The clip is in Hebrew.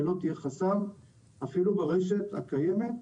ולא תהיה חסם אפילו ברשת הקיימת.